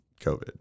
COVID